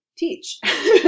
Teach